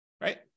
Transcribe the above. right